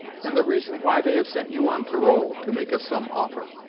and the reason why they have sent you on parole, to make us some offer.